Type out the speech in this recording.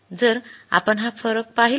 जर आपण हा फरक पाहिला